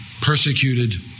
persecuted